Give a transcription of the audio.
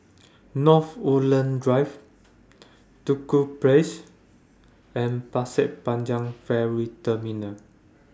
North Woodlands Drive Duku Place and Pasir Panjang Ferry Terminal